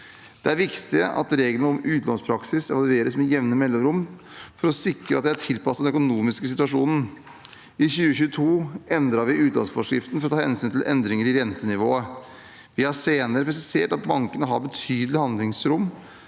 Det er viktig at reglene om utlånspraksis evalueres med jevne mellomrom, for å sikre at de er tilpasset den økonomiske situasjonen. I 2022 endret vi utlånsforskriften for å ta hensyn til endringer i rentenivået. Vi har senere presisert at bankene har betydelig handlingsrom